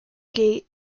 gate